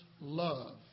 love